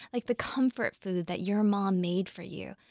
like the comfort food that your mom made for you,